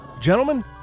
Gentlemen